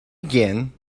again